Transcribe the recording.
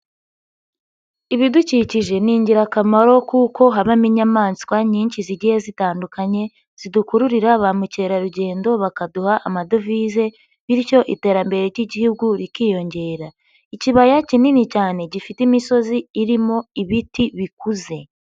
Ibidukikije ni ingirakamaro kuko habamo inyamaswa nyinshi zigiye zitandukanye, zidukururira ba mukerarugendo bakaduha amadovize bityo iterambere ry'Igihugu rikiyongera, ikibaya kinini cyane gifite imisozi irimo ibiti bikuze.